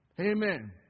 Amen